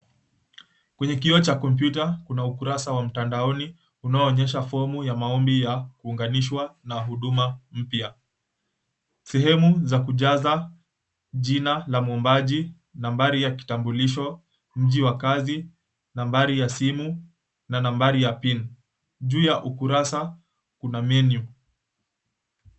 Kwenye kioo cha kompyuta kuna ukurasa wa mtandaoni unaonyesha fomu ya maombi ya kuunganishwa na huduma mpya. Sehemu za kujaza jina la mwombaji, nambari ya kitambulisho, mji wa kazi, nambari ya simu na nambari ya pili. Juu ya ukurasa kuna menu .